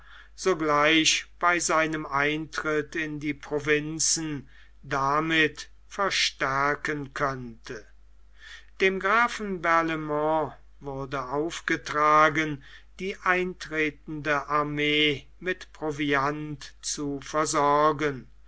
sogleich bei seinem eintritt in die provinzen damit verstärken könnte dem grafen barlaimont wurde aufgetragen die eintretende armee mit proviant zu versorgen